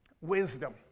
wisdom